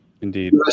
Indeed